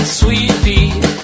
sweetie